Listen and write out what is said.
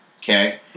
okay